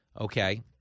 okay